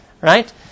right